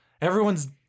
Everyone's